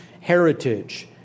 heritage